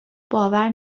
باور